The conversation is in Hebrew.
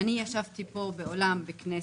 ישבתי פה באולם בכנסת,